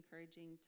encouraging